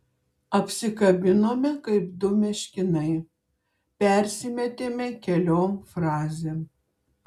apsikabinome kaip du meškinai persimetėme keliom frazėm